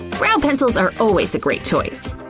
brow pencils are always a great choice.